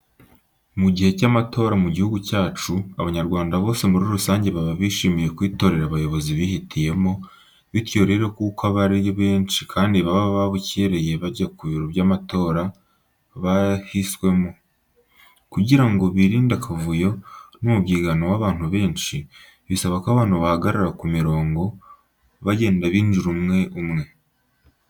Mu gihe cy'amatora mu gihugu cyacu, Abanyarwanda bose muri rusange baba bishimiye kwitorera abayobozi bihitiyemo, bityo rero kuko aba ari benshi kandi baba babukereye bajya ku biro by'amatora byahiswemo. Kugira ngo birinde akavuyo n'umubyigano w'abantu benshi bisaba ko abantu bahagarara ku mirongo, bagenda binjira umwe umwe.